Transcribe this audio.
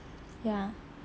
ya